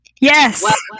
Yes